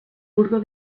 burgo